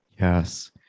Yes